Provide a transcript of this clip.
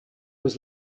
was